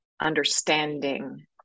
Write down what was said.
understanding